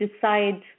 decide